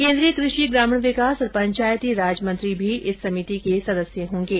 केन्द्रीय क्रषि ग्रामीण विकास और पंचायती राज मंत्री भी इस समिति के सदस्य होंगे